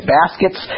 baskets